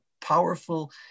powerful